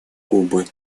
кубы